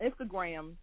instagram